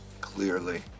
clearly